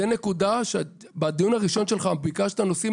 זה דבר בדיון הראשון שלך ביקשת נושאים